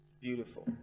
Beautiful